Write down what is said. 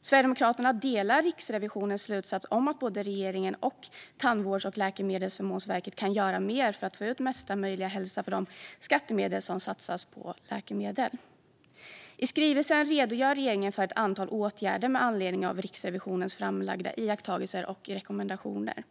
Sverigedemokraterna delar Riksrevisionens slutsats att både regeringen och Tandvårds och läkemedelsförmånsverket kan göra mer för att få ut mesta möjliga hälsa för de skattemedel som satsas på läkemedel. I skrivelsen redogör regeringen för ett antal åtgärder med anledning av Riksrevisionens framlagda iakttagelser och rekommendationer.